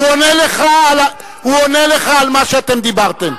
הוא עונה לך על מה שאתם דיברתם.